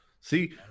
see